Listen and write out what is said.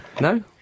No